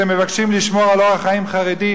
שהם מבקשים לשמור על אורח חיים חרדי,